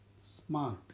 smart